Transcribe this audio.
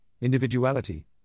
individuality